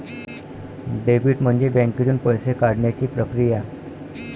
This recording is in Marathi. डेबिट म्हणजे बँकेतून पैसे काढण्याची प्रक्रिया